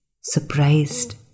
Surprised